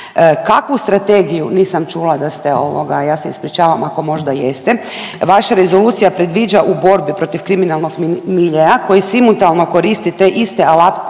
Kakvu strategiju, nisam čula da ste, ovoga, ja se ispričavam ako možda jeste, vaša rezolucija predviđa u borbi protiv kriminalnog miljea koji simultano koristi te iste alate